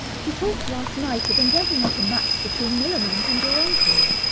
she talked last night of endeavouring at a match between millamant and your uncle.